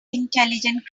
intelligent